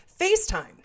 FaceTime